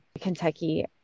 Kentucky